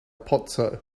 pozzo